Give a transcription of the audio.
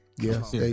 Yes